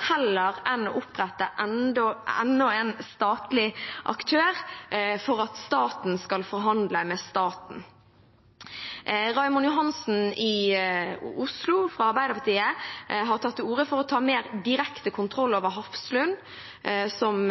enn å opprette enda en statlig aktør for at staten skal forhandle med staten. Raymond Johansen i Oslo, fra Arbeiderpartiet, har til sammenlikning tatt til orde for å ta mer direkte kontroll over Hafslund, som